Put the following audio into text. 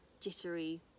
jittery